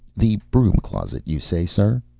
the broom-closet, you say, sir?